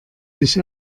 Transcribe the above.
sich